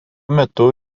metu